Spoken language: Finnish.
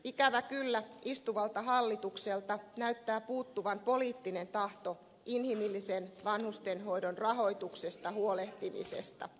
ikävä kyllä istuvalta hallitukselta näyttää puuttuvan poliittinen tahto inhimillisen vanhustenhoidon rahoituksesta huolehtimisesta